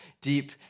deep